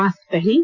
mask पहनें